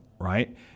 right